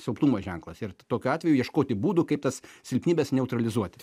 silpnumo ženklas ir tokiu atveju ieškoti būdų kaip tas silpnybes neutralizuoti